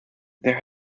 there